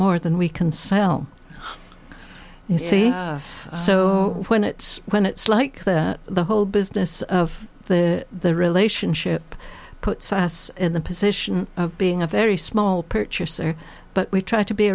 more than we can sell you see us so when it's when it's like that the whole business of the relationship puts us in the position of being a very small purchaser but we try to be